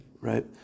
right